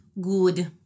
Good